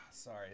Sorry